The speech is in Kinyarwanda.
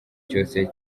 cyose